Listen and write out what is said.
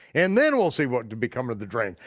and then we'll see what becomes of the dream.